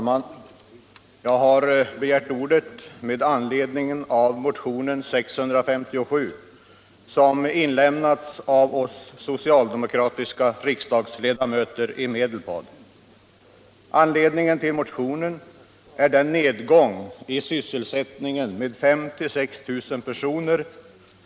vecklingen har varit mest negativ i Ånge, Kramfors och Sollefteå samt — Nr 48 i de inre delarna av Örnsköldsviks kommun.